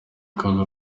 kabiri